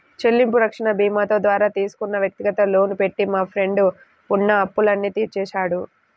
చెల్లింపు రక్షణ భీమాతో ద్వారా తీసుకున్న వ్యక్తిగత లోను పెట్టి మా ఫ్రెండు ఉన్న అప్పులన్నీ తీర్చాడు